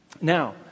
Now